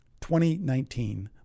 2019